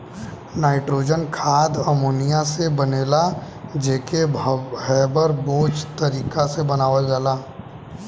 nitrogen खाद ammonia से बनेला जे के हैबर बोच तारिका से बनावल जाला